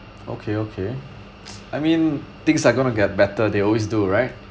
okay okay I mean things are going to get better they always do right